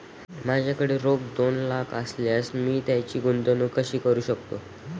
माझ्याकडे रोख दोन लाख असल्यास मी त्याची गुंतवणूक कशी करू शकतो?